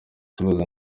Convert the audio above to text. ibibazo